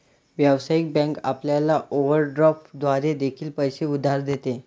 व्यावसायिक बँक आपल्याला ओव्हरड्राफ्ट द्वारे देखील पैसे उधार देते